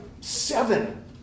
seven